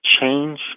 change